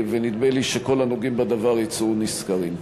ונדמה לי שכל הנוגעים בדבר יצאו נשכרים.